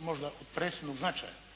možda od presudnog značaja.